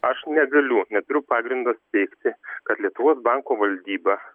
aš negaliu neturiu pagrindo teigti kad lietuvos banko valdyba